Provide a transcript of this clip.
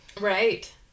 Right